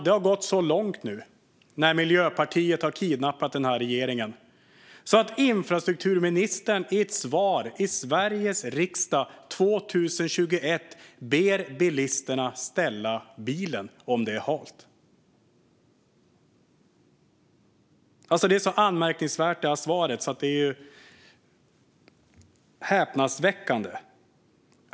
Det har nu gått så långt, när Miljöpartiet har kidnappat den här regeringen, att infrastrukturministern i ett svar i Sveriges riksdag 2021 ber bilisterna att ställa bilen om det är halt. Detta svar är anmärkningsvärt, ja, häpnadsväckande.